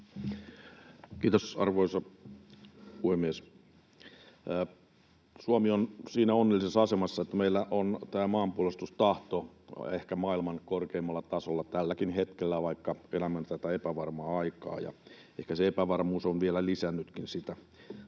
Kiitos, arvoisa puhemies! Suomi on siinä onnellisessa asemassa, että meillä on tämä maanpuolustustahto ehkä maailman korkeimmalla tasolla tälläkin hetkellä, vaikka elämme tätä epävarmaa aikaa — ja ehkä se epävarmuus on vielä lisännytkin sitä,